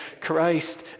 Christ